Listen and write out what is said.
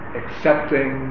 accepting